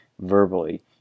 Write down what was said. verbally